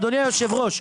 אדוני היושב ראש,